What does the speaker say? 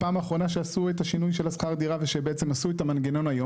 הפעם האחרונה שעשו את השינוי של שכר הדירה וכשבעצם עשו את המנגנון היום,